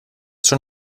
schon